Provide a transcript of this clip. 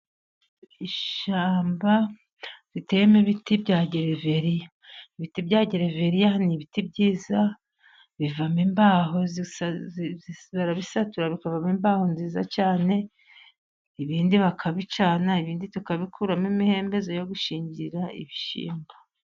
Ishyamba riteyemo ibiti bya Geriveriya, ibiti bya Gereveriya ni ibiti byiza bivamo imbaho barabisatura bikavamo imbaho nziza cyane, ibindi bakabicana, ibindi tukabikuramo imihembezo yo gushingirira ibishyimbo.